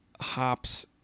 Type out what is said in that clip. hops